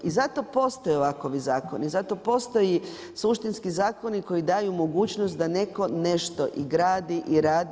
I zato postoje ovakovi zakoni i zato postoje suštinski zakoni koji daju mogućnost da netko nešto i gradi i radi.